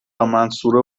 منصوره